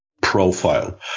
profile